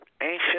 ancient